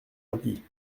impie